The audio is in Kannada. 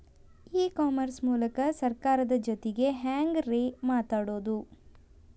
ಇ ಕಾಮರ್ಸ್ ಮೂಲಕ ಸರ್ಕಾರದ ಜೊತಿಗೆ ಹ್ಯಾಂಗ್ ರೇ ಮಾತಾಡೋದು?